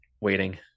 waiting